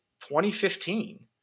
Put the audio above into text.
2015